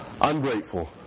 Ungrateful